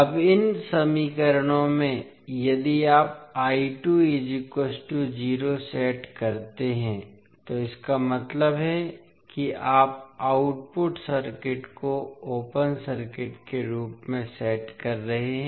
अब इन समीकरणों में यदि आप सेट करते हैं तो इसका मतलब है कि आप आउटपुट सर्किट को ओपन सर्किट के रूप में सेट कर रहे हैं